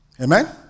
Amen